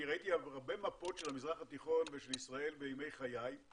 אני ראיתי הרבה מפות של המזרח התיכון ושל ישראל בימי חיי,